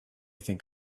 think